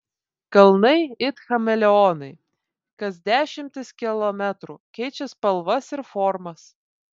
kalnai it chameleonai kas dešimtis kilometrų keičia spalvas ir formas